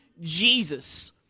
Jesus